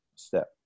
Step